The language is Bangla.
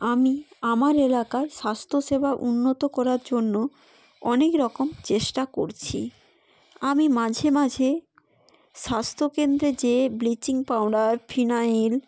আমি আমার এলাকার স্বাস্থ্যসেবা উন্নত করার জন্য অনেক রকম চেষ্টা করছি আমি মাঝে মাঝে স্বাস্থ্যকেন্দ্রে যেয়ে ব্লিচিং পাউডার ফিনাইল